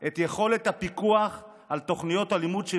את יכולת הפיקוח על תוכניות הלימוד של